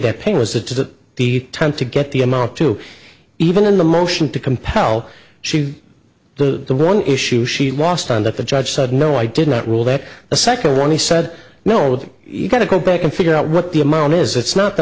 that pain was that the time to get the amount to even in the motion to compel she the one issue she lost on that the judge said no i did not rule that the second one he said no you've got to go back and figure out what the amount is it's not the